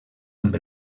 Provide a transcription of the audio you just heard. amb